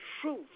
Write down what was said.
truth